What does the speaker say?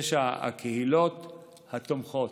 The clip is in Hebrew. הקהילות התומכות,